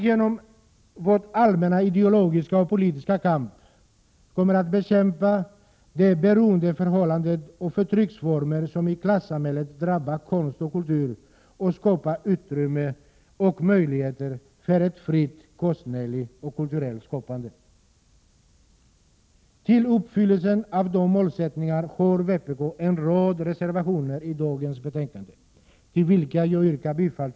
Genom vår allmänna ideologiska och politiska kamp vill vi bekämpa de beroendeförhållanden och förtrycksformer som i klassamhället drabbar konst och kultur och skapa utrymme och möjligheter för ett fritt konstnärligt och kulturellt skapande. För uppfyllelsen av dessa målsättningar har vpk en rad reservationer i dagens betänkande, till vilka jag yrkar bifall.